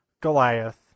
Goliath